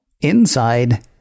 Inside